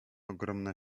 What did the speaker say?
ogromna